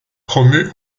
promu